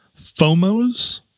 FOMOs